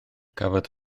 cafodd